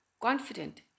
confident